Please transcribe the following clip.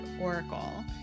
Oracle